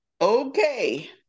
Okay